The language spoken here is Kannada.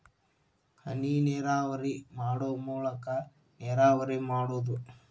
ಹನಿನೇರಾವರಿ ಮಾಡು ಮೂಲಾಕಾ ನೇರಾವರಿ ಮಾಡುದು